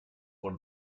one